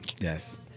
Yes